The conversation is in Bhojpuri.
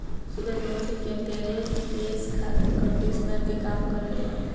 सूरजमुखी के तेल केस खातिर कंडिशनर के काम करेला